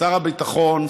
שר הביטחון,